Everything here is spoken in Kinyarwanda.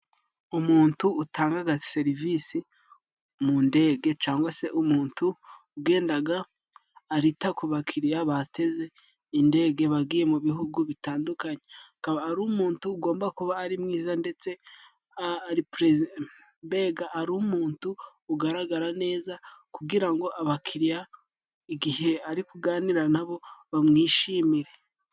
Umuntu utangaga serivisi mu ndege cyangwa se umuntu ugendaga arita ku bakiriya bateze indege bagiye mu bihugu bitandukanye, akaba ari umuntu ugomba kuba ari mwiza ndetse mbega ari umuntu ugaragara neza, kugira ngo abakiriya igihe ari kuganira nabo bamwishimire.